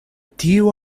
tiu